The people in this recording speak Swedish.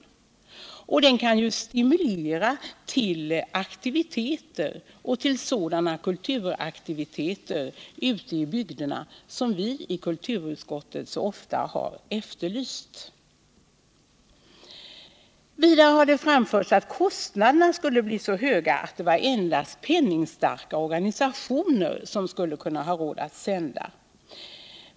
Den kan stimulera till sådana kulturaktiviteter ute i bygderna som vi i kulturutskottet så ofta har efterlyst. Vidare har det framförts att kostnaderna skulle bli så höga att endast penningstarka organisationer skulle ha råd att sända.